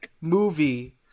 movie